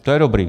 To je dobrý.